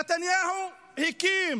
נתניהו הקים